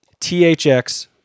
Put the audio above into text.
THX